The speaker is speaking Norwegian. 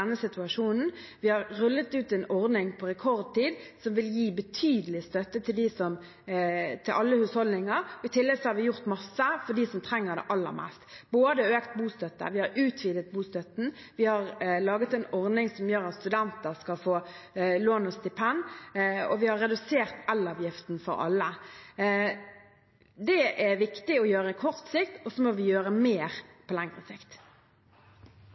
situasjonen. Vi har rullet ut en ordning på rekordtid som vil gi betydelig støtte til alle husholdninger, og i tillegg har vi gjort masse for dem som trenger det aller mest. Vi har økt bostøtten, vi har utvidet bostøtten, vi har laget en ordning som gjør at studenter skal få lån og stipend, og vi har redusert elavgiften for alle. Det er viktig å gjøre på kort sikt, og så må vi gjøre mer på lengre sikt.